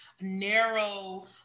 narrow